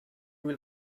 will